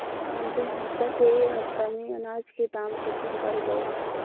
अंतिम हफ्ता से ए हफ्ता मे अनाज के दाम केतना बढ़ गएल?